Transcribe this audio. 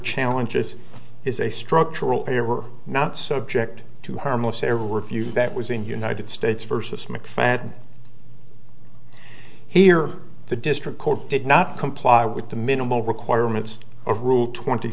challenges is a structural a we're not subject to harmless error review that was in united states versus mcfadden here the district court did not comply with the minimal requirements of rule twenty